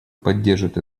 поддержат